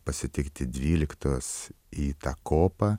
pasitikti dvyliktos į tą kopą